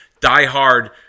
diehard